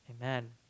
Amen